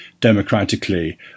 democratically